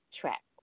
track